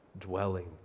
dwelling